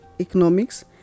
Economics